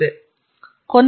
ಕೊನೆಯ slide ethics ಬಗ್ಗೆ